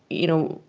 you know,